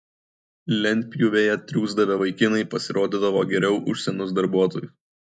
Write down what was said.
lentpjūvėje triūsdavę vaikinai pasirodydavo geriau už senus darbuotojus